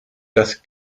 das